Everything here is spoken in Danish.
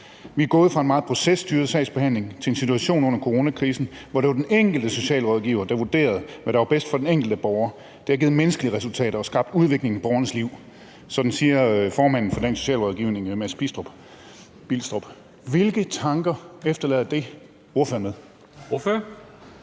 Vi er gået fra en meget processtyret sagsbehandling til en situation under coronakrisen, hvor det var den enkelte socialrådgiver, der vurderede, hvad der var bedst for den enkelte borger. Det har givet menneskelige resultater og skabt udvikling i borgernes liv – sådan siger formanden for Dansk Socialrådgiverforening, Mads Bilstrup. Hvilke tanker efterlader det ordføreren med? Kl.